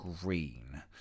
Green